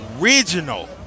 original